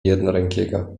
jednorękiego